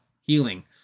healing